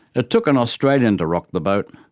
it took an australian to rock the boat,